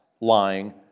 lying